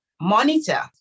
monitor